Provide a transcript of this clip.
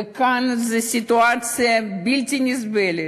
וכאן זו סיטואציה בלתי נסבלת.